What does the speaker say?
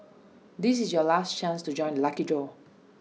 this is your last chance to join the lucky draw